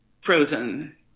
frozen